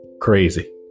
Crazy